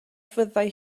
fyddai